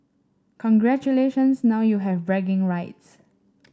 congratulations now you have bragging rights